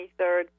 23rd